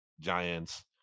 giants